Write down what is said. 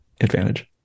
advantage